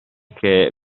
che